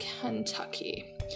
Kentucky